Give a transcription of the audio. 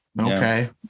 Okay